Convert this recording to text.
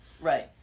Right